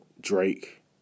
Drake